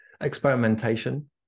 experimentation